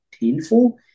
painful